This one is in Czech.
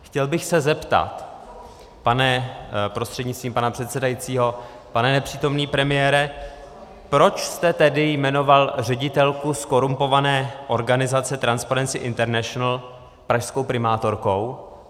Chtěl bych se zeptat, prostřednictvím pana předsedajícího, pane nepřítomný premiére, proč jste tedy jmenoval ředitelku zkorumpované organizace Transparency International pražskou primátorkou?